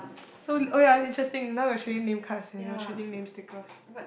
so oh ya interesting now we're trading name cards and we were trading name stickers